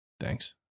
Thanks